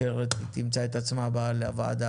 אחרת היא תמצא את עצמה באה לוועדה